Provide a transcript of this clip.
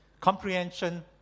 Comprehension